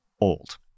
old